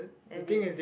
and they